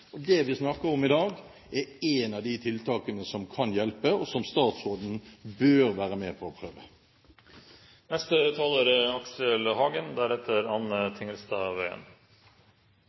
Det vi snakker om i dag, er ett av de tiltakene som kan hjelpe, og som statsråden bør være med på å prøve.